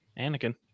Anakin